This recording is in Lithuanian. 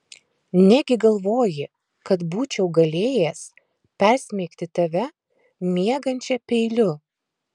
negi galvoji kad būčiau galėjęs persmeigti tave miegančią peiliu